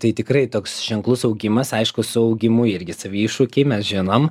tai tikrai toks ženklus augimas aišku su augimu irgi savi iššūkiai mes žinom